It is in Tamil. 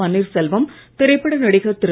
பன்னீர்செல்வம் திரைப்பட நடிகர் திரு